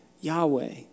Yahweh